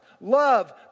Love